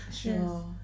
sure